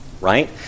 right